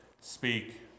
speak